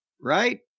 right